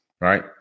right